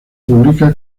publica